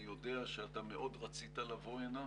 אני יודע שמאוד רצית לבוא הנה,